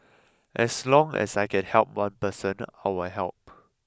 as long as I can help one person I will help